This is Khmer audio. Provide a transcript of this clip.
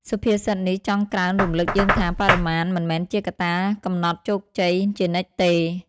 សុភាសិតនេះចង់ក្រើនរំលឹកយើងថា បរិមាណ មិនមែនជាកត្តាកំណត់ជោគជ័យជានិច្ចទេ។